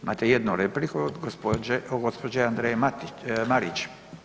Imate jednu repliku gospođe Andreje Marić.